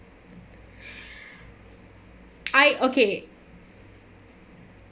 I okay